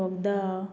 बोगदा